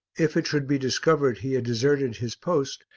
if it should be discovered he had deserted his post,